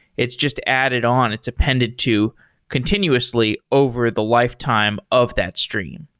it's just added on. its appended to continuously over the lifetime of that stream.